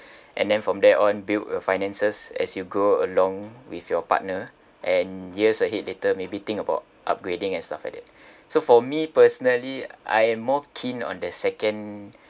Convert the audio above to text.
and then from there on build your finances as you grow along with your partner and years ahead later maybe think about upgrading and stuff like that so for me personally I'm more keen on the second